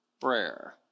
prayer